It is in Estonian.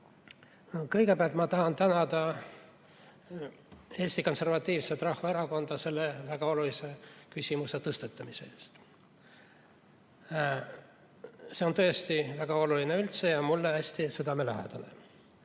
Kõigepealt ma tahan tänada Eesti Konservatiivset Rahvaerakonda selle väga olulise küsimuse tõstatamise eest. See on tõesti väga oluline teema ja mulle hästi südamelähedane.